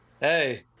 hey